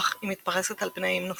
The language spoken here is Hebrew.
אך היא מתפרשת על פני איים נוספים.